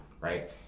right